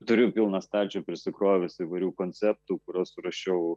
turiu pilną stalčių prisikrovęs įvairių konceptų kuriuos surašiau